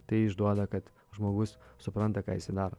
tai išduoda kad žmogus supranta ką jisai daro